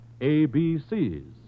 ABCs